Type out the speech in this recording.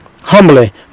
humbly